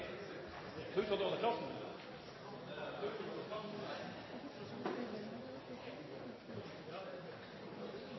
det er fare for